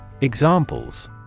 Examples